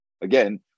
Again